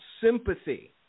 sympathy